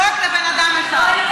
חוק לבן אדם אחד.